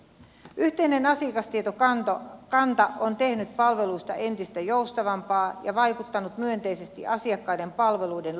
yhteinen asiakastietokanta on tehnyt palveluista entistä joustavampia ja vaikuttanut myönteisesti asiakkaiden palveluiden laatuun